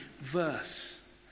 verse